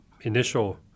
initial